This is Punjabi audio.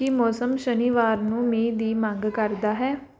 ਕੀ ਮੌਸਮ ਸ਼ਨੀਵਾਰ ਨੂੰ ਮੀਂਹ ਦੀ ਮੰਗ ਕਰਦਾ ਹੈ